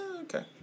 okay